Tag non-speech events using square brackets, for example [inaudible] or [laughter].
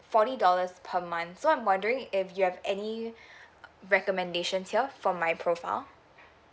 forty dollars per month so I'm wondering if you have any [breath] recommendations here from my profile